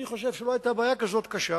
אני חושב שלא היתה בעיה כזאת קשה,